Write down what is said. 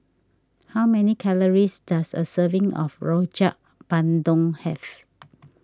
how many calories does a serving of Rojak Bandung have